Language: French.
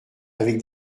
avec